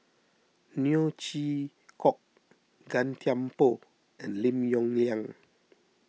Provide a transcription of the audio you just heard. Neo Chwee Kok Gan Thiam Poh and Lim Yong Liang